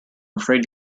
afraid